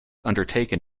undertaken